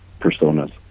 personas